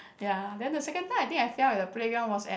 ya then the second time I think I fell at the playground was at